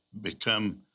become